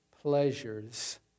pleasures